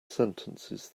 sentences